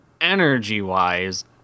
energy-wise